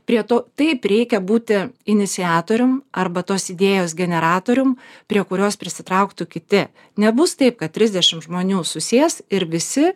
prie to taip reikia būti iniciatorium arba tos idėjos generatorium prie kurios prisitrauktų kiti nebus taip kad trisdešimt žmonių susės ir visi